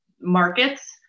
markets